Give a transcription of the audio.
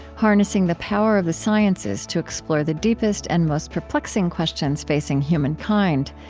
harnessing the power of the sciences to explore the deepest and most perplexing questions facing human kind.